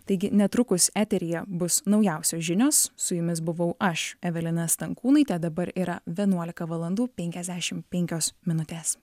taigi netrukus eteryje bus naujausios žinios su jumis buvau aš evelina stankūnaitė dabar yra vienuolika valandų penkiasdešimt penkios minutės